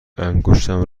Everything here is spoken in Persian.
انگشتم